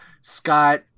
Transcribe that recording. Scott